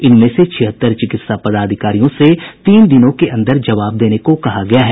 इनमें से छिहत्तर चिकित्सा पदाधिकारियों से तीन दिनों के अंदर जवाब देने को कहा गया है